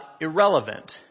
irrelevant